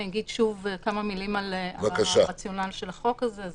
אגיד כמה מילים על הרציונל של החוק הזה.